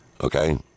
okay